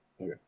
Okay